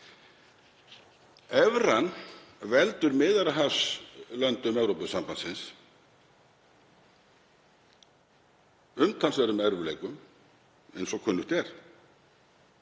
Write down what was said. Evran veldur Miðjarðarhafslöndum Evrópusambandsins umtalsverðum erfiðleikum eins og kunnugt er.